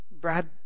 Brad